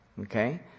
Okay